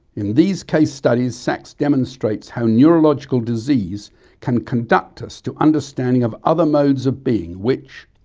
in these case studies sacks demonstrates how neurological disease can conduct us to understanding of other modes of being which,